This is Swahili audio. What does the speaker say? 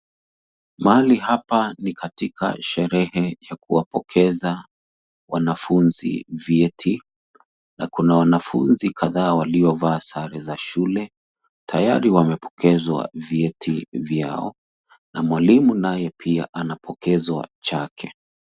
Mahali hapa ni katika sherehe ya kuwapokeza wanafunzi vyeti, na kuna wanafunzi kadhaa waliovaa sare za shule, tayari wamepokezwa vyeti vyao, na mwalimu naye pia anapokezwa chake.